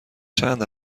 چند